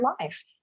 life